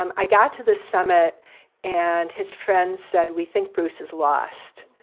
um i got to the summit and his friend said, we think bruce is lost.